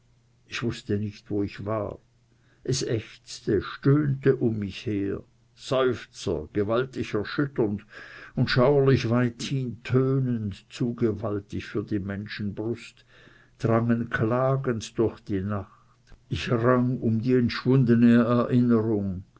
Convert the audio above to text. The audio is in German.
ich wußte nicht wo ich war es ächzte stöhnte um mich her seufzer gewaltig erschütternd schauerlich weithin tönend zu gewaltig für menschenbrust drangen klagend durch die nacht ich rang um die entschwundene erinnerung